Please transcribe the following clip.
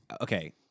Okay